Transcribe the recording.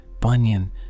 Bunyan